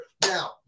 Now